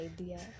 idea